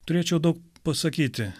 turėčiau daug pasakyti